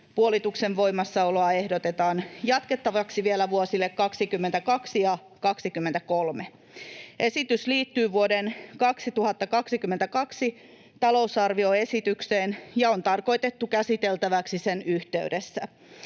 puolituksen voimassaoloa ehdotetaan jatkettavaksi vielä vuosille 22 ja 23. Esitys liittyy vuoden 2022 talousarvioesitykseen ja on tarkoitettu käsiteltäväksi sen yhteydessä.